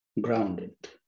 grounded